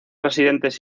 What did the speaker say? residentes